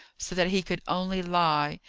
so that he could only lie,